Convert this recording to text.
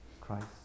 Christ